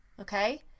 Okay